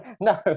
No